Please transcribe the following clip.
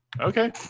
Okay